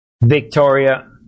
Victoria